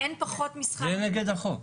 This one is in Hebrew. זה נגד החוק,